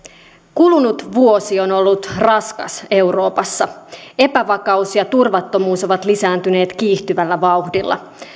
kulunut vuosi on ollut raskas euroopassa epävakaus ja turvattomuus ovat lisääntyneet kiihtyvällä vauhdilla